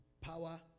Power